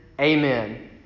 amen